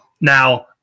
now